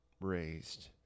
raised